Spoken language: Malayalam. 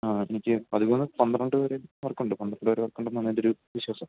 ആ ആ എനിക്ക് പതിമൂന്ന് പന്ത്രണ്ട് വരെ വർക്കുണ്ട് പന്ത്രണ്ട് വരെ വർക്കുണ്ടെന്നാണ് എന്റെയൊരു വിശ്വാസം